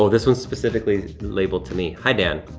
so this one's specifically labeled to me. hi, dan,